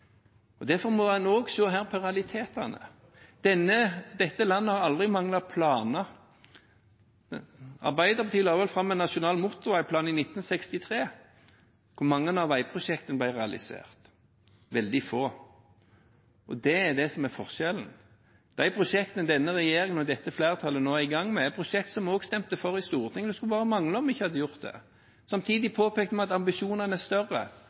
Derfor må en også se på realitetene her. Dette landet har aldri manglet planer. Arbeiderpartiet la vel fram en nasjonal motorveiplan i 1963. Hvor mange av veiprosjektene ble realisert? Veldig få. Det er det som er forskjellen. De prosjektene denne regjeringen og dette flertallet nå er i gang med, er prosjekt som vi også stemte for i Stortinget – det skulle bare mangle om vi ikke hadde gjort det. Samtidig påpekte vi at ambisjonene er større,